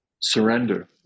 surrender